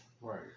Right